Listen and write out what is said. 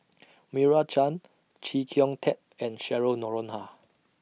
Meira Chand Chee Kong Tet and Cheryl Noronha